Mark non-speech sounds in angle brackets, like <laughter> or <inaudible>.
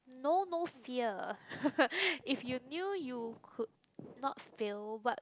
know no fear <laughs> if you knew you could not fail what